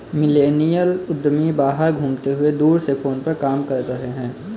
millennial उद्यमी बाहर घूमते हुए दूर से फोन पर काम कर रहे हैं